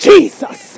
Jesus